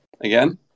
again